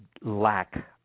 lack